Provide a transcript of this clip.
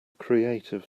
creative